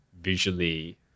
visually